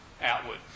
outward